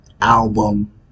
album